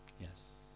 Yes